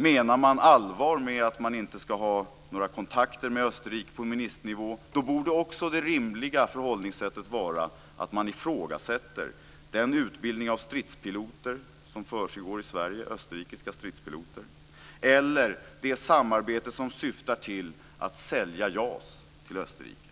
Menar man allvar med att man inte ska ha några kontakter med Österrike på ministernivå borde också det rimliga förhållningssättet vara att man ifrågasätter den utbildning av österrikiska stridspiloter som försiggår i Sverige eller det samarbete som syftar till att sälja JAS till Österrike.